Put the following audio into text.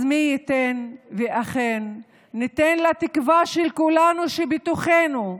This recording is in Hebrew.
אז מי ייתן שאכן ניתן לתקווה של כולנו, שבתוכנו,